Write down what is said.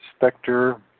Spector